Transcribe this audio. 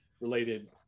related